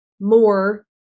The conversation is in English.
more